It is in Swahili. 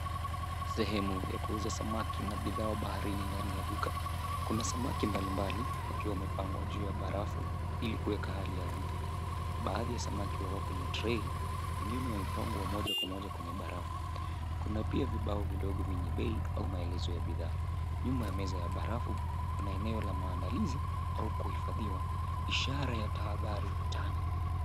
Sehemu ya kuuza samaki na bidhaa wa baharini ndani ya duka, kuna samaki mbalimbali wakiwa wamepangwa juu ya barafu ili kuweka hali yao mpya. Baadhi ya samaki wako kwenye trei, wengine wamepangwa moja kwa moja kwenye barafu. Kuna pia vibao vidogo venye bei au maelezo vya bidhaa. Nyuma ya meza ya barafu kuna eneo la maandalizi au kuhifadhiwa ishara ya dhahadhari ukutani.